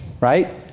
Right